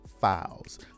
files